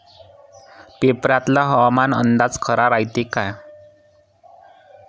पेपरातला हवामान अंदाज खरा रायते का?